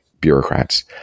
bureaucrats